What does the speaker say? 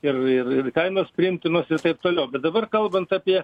ir ir ir kainos priimtinos ir taip toliau bet dabar kalbant apie